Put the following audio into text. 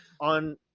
on